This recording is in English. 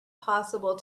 possible